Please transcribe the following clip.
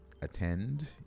attend